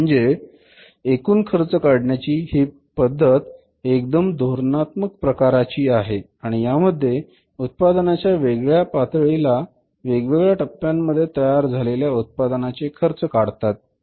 म्हणजे एकूण खर्च काढण्याची ही पद्धत एकदम धोरणात्मक प्रकारची आहे आणि यामध्ये उत्पादनाच्या वेगवेगळया पातळीला वेगवेगळया टप्प्यांमध्ये तयार झालेल्या उत्पादनांचे खर्च काढतात